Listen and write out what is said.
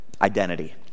identity